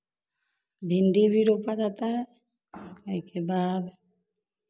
भिंडी भी रोपा जाता है उसके बाद